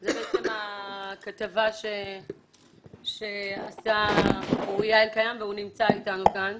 זו בעצם הכתבה שעשה אוריה אלקיים והוא נמצא איתנו כאן,